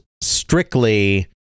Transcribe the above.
strictly